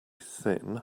thin